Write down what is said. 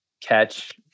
catch